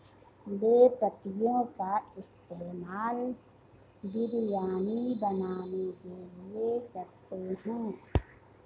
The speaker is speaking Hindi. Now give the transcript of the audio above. बे पत्तियों का इस्तेमाल बिरयानी बनाने के लिए करते हैं